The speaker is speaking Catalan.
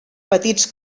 petits